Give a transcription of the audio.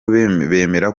bemera